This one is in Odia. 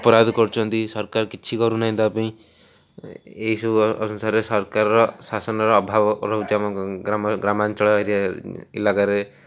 ଅପରାଧ କରୁଛନ୍ତି ସରକାର କିଛି କରୁନାହିଁ ତା ପାଇଁ ଏହିସବୁ ଅନୁସାରେ ସରକାର ଶାସନର ଅଭାବ ରହୁଛି ଆମ ଗ୍ରାମାଞ୍ଚଳ ଏରିଆ ଇଲାକାରେ